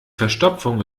verstopfung